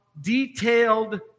detailed